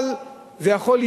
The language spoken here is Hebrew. אבל זה יכול,